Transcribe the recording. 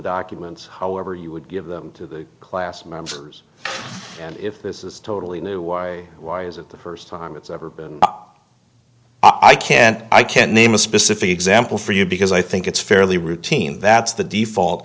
documents however you would give them to the class members and if this is totally new why why is it the first time it's ever been i can't i can't name a specific example for you because i think it's fairly routine that's the default